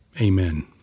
amen